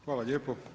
Hvala lijepa.